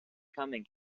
coming